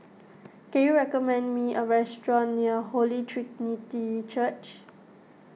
can you recommend me a restaurant near Holy Trinity Church